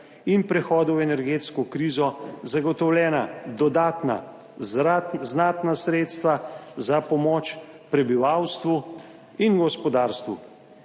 in prehodu v energetsko krizo zagotovljena dodatna znatna sredstva za pomoč prebivalstvu in gospodarstvu.